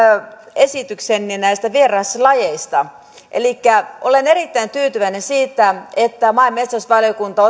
esitykseen näistä vieraslajeista elikkä olen erittäin tyytyväinen siitä että maa ja metsätalousvaliokunta